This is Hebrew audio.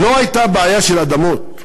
לא הייתה בעיה של אדמות,